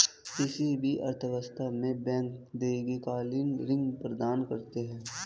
किसी भी अर्थव्यवस्था में बैंक दीर्घकालिक ऋण प्रदान करते हैं